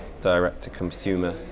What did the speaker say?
direct-to-consumer